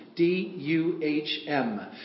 D-U-H-M